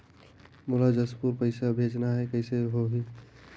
मोला जशपुर पइसा भेजना हैं, कइसे होही?